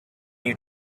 you